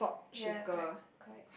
ya correct correct